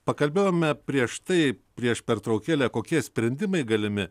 pakalbėjome prieš tai prieš pertraukėlę kokie sprendimai galimi